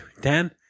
Dan